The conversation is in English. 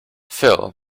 phil